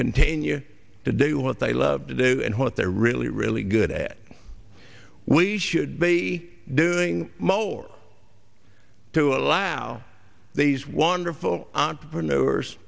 continue to do what they love to do and what they're really really good at we should be doing most or to allow these wonderful entrepreneurs